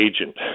agent